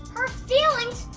her feelings?